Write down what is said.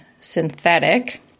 synthetic